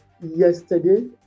yesterday